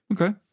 Okay